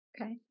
okay